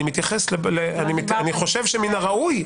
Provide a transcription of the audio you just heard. אני חושב שמן הראוי,